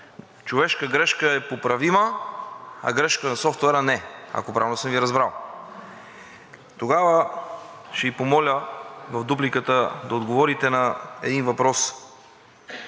човешка грешка е поправима, а грешка на софтуера не, ако правилно съм Ви разбрал. Тогава ще Ви помоля в дупликата да отговорите на един въпрос: